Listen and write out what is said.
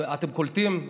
אתם קולטים?